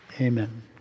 Amen